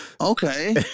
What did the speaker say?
okay